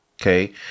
Okay